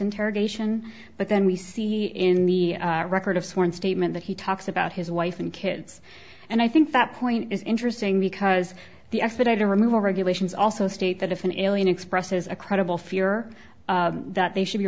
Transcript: interrogation but then we see in the record of sworn statement that he talks about his wife and kids and i think that point is interesting because the expedited removal regulations also state that if an alien expresses a credible fear that they should be